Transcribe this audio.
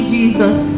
Jesus